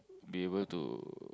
be able to